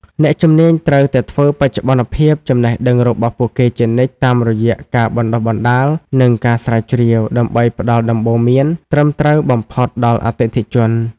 អ្នកជំនាញត្រូវតែធ្វើបច្ចុប្បន្នភាពចំណេះដឹងរបស់ពួកគេជានិច្ចតាមរយៈការបណ្តុះបណ្តាល និងការស្រាវជ្រាវ ដើម្បីផ្តល់ដំបូន្មានត្រឹមត្រូវបំផុតដល់អតិថិជន។